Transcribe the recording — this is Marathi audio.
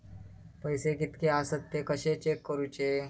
पैसे कीतके आसत ते कशे चेक करूचे?